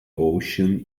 ocean